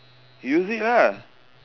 use it ah